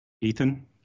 Ethan